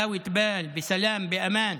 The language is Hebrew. בשלווה, בשלום ובביטחון.